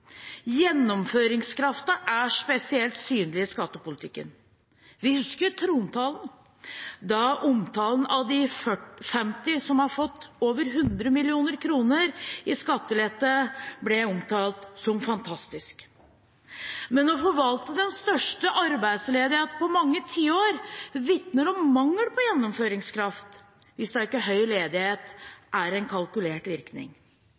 Gjennomføringskraften er spesielt synlig i skattepolitikken. Vi husker trontalen og omtalen av de 50 som har fått over 100 mill. kr i skattelette – det ble omtalt som fantastisk. Men å forvalte den største arbeidsledigheten på mange tiår vitner om mangel på gjennomføringskraft, hvis da ikke høy ledighet er en kalkulert virkning. Det